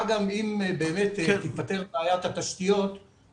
מה גם אם באמת תיפתר בעיית התשתיות,